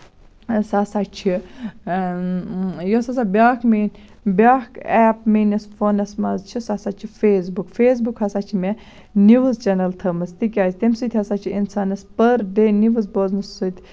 سُہ سا چھِ یۄس ہسا بیاکھ میٲنۍ بیاکھ ایٚپ میٲنِس فونَس منٛز چھِ سُہ سا چھِ فیس بُک فیس بُک ہسا چھِ مےٚ نِوٕز چینل تھٲومژٕ تِکیازِ تَمہِ سۭتۍ ہسا چھُ اِنسانَس پٔر ڈے نِوٕز بوزنہٕ سۭتۍ